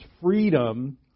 freedom